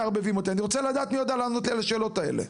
אל תערבבו אותי אני רוצה לדעת מי יכול לענות לי על השאלות האלו.